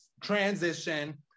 transition